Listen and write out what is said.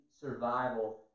survival